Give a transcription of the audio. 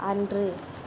அன்று